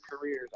careers